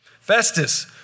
Festus